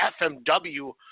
FMW